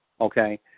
okay